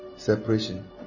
separation